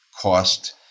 cost